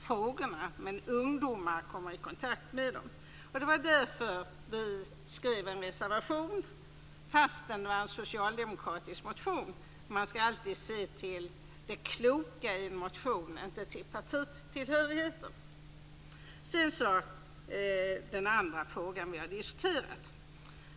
frågorna. Ungdomar kommer i kontakt med dem. Det var därför vi skrev en reservation fast det var en socialdemokratisk motion. Man skall se till det kloka i en motion, och inte till partitillhörigheten. Låt mig sedan gå till den andra frågan som vi har diskuterat.